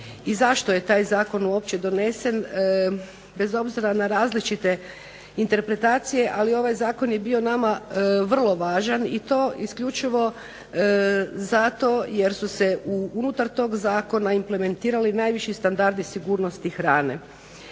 zašto je taj zakon uopće donesen? Bez obzira na različite interpretacije, ali ovaj zakon je bio nama vrlo važan i to isključivo zato jer su se unutar tog zakona implementirali najviši standardi sigurnosti hrane.